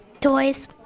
Toys